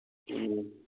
ꯎꯝ